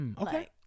Okay